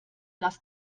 lass